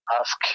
ask